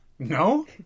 No